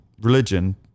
religion